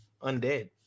undead